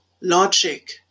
logic